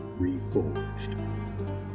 Reforged